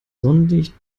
sonnenlicht